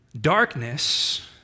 Darkness